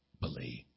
believe